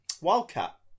Wildcat